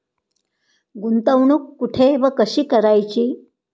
गुंतवणूक कुठे व कशी करायची?